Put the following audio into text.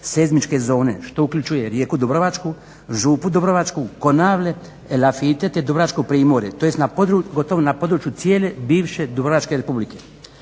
seizmičke zone što uključuje Rijeku Dubrovačku, Župu Dubrovačku, Konavle, Elafite te Dubrovačko primorje, to jest gotovo na području cijele bivše Dubrovačke Republike.